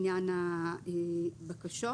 לעניין הבקשות.